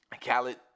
Khaled